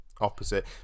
opposite